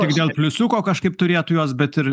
tik dėl pliusiuko kažkaip turėtų juos bet ir